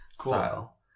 style